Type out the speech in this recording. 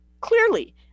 Clearly